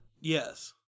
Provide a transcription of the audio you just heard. Yes